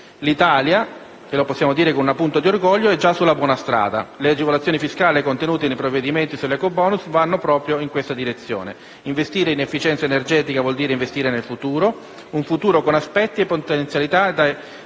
L'Italia - e lo possiamo dire con una punta di orgoglio - è già sulla buona strada. Le agevolazioni fiscali contenute nei provvedimenti sull'ecobonus vanno proprio in questa direzione. Investire in efficienza energetica vuol dire investire nel futuro, un futuro con aspetti e potenzialità